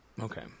Okay